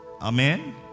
Amen